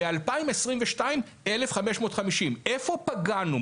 ב-2022 1,550. איפה פגענו?